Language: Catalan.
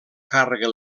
càrrega